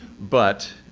but